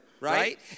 right